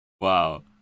Wow